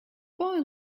boy